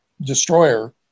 destroyer